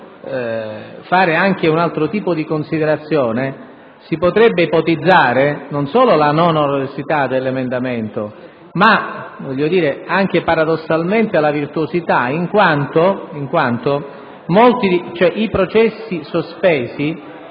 che, volendo fare anche un altro tipo di considerazione, si potrebbe ipotizzare non solo la non onerosità dell'emendamento, ma anche, paradossalmente, la sua virtuosità, in quanto i processi sospesi